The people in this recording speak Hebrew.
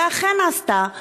והיא אכן עשתה כך,